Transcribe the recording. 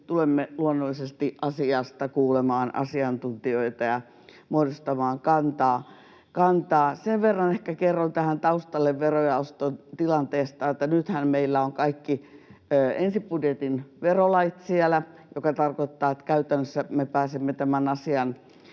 tulemme luonnollisesti asiasta kuulemaan asiantuntijoita ja muodostamaan kantaa. Sen verran ehkä kerron tähän taustalle verojaoston tilanteesta, että nythän meillä on kaikki ensibudjetin verolait siellä, mikä tarkoittaa, että käytännössä me pääsemme tämän asian